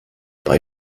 bei